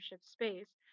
space